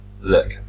look